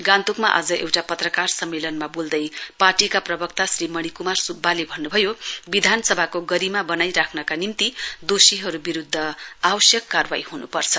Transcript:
गान्तोकमा आज एउटा पत्रकार सम्मेलनमा बोल्दै पार्टीका प्रवक्ता श्री मणि क्मार सुब्बाले भन्नुभयो विधानसभाको गरिमा बनाइ राख्नका निम्ति दोषीहरू विरूध्द आवश्यक कारवाई ह्नुपर्छ